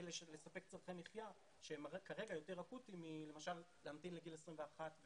לספק צורכי מחיה שכרגע הם יותר אקוטיים מאשר למשל להמתין לגיל 21,